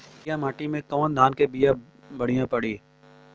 करियाई माटी मे कवन धान के बिया बढ़ियां पड़ी?